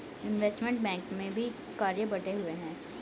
investment bank में भी कार्य बंटे हुए हैं